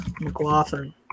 McLaughlin